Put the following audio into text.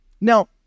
Now